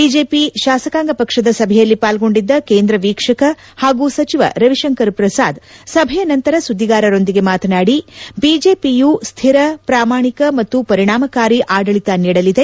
BJP ತಾಸಕಾಂಗ ಪಕ್ಷದ ಸಭೆಯಲ್ಲಿ ಪಾಲ್ಗೊಂಡಿದ್ದ ಕೇಂದ್ರ ವೀಕ್ಷಕ ಹಾಗೂ ಸಚಿವ ರವಿತಂಕರ್ ಪ್ರಸಾದ್ ಸಭೆಯ ನಂತರ ಸುದ್ವಿಗಾರರೊಂದಿಗೆ ಮಾತನಾಡಿ ಬಿಜೆಪಿಯು ಸ್ಟಿರ ಪ್ರಾಮಾಣಿಕ ಮತ್ತು ಪರಿಣಾಮಕಾರಿ ಆಡಳಿತ ನೀಡಲಿದೆ